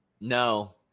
No